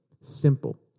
Simple